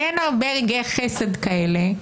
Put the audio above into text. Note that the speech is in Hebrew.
אין הרבה רגעי חסד כאלה.